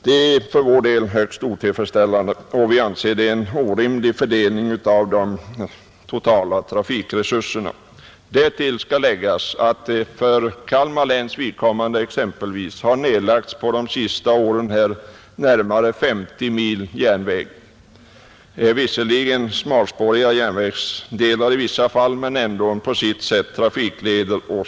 Det är för oss högst otillfredsställande, och vi anser att det är en orimlig fördelning av de totala trafikresurserna, Därtill skall läggas att exempelvis för Kalmar läns vidkommande under de senaste åren har nedlagts närmare 50 mil järnväg, visserligen smalspåriga järnvägsdelar i vissa fall men ändå på sitt sätt viktiga trafikleder.